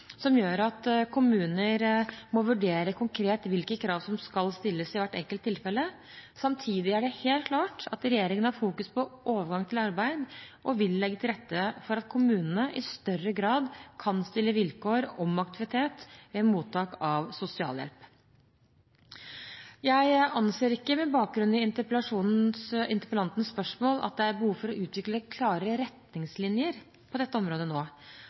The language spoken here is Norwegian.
som gjør at kommuner må vurdere konkret hvilke krav som skal stilles i hvert enkelt tilfelle. Samtidig er det helt klart at regjeringen har fokus på overgang til arbeid og vil legge til rette for at kommunene i større grad kan stille vilkår om aktivitet ved mottak av sosialhjelp. Jeg anser ikke, med bakgrunn i interpellantens spørsmål, at det er behov for å utvikle klarere retningslinjer på dette området nå.